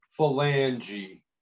phalange